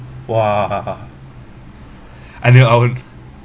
!wah! I never I won't